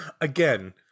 Again